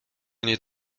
nie